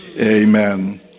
Amen